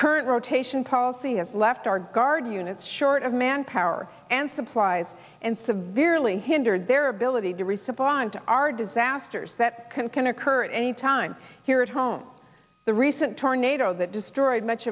current rotation policy has left our guard units short of manpower and supplies and severely hindered their ability to respond to our disasters that can occur at any time here at home the recent tornado that destroyed much